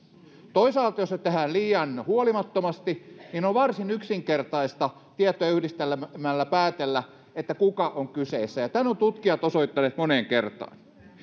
toisaalta jos se tehdään liian huolimattomasti niin on varsin yksinkertaista tietoja yhdistelemällä päätellä kuka on kyseessä ja tämän ovat tutkijat osoittaneet moneen kertaan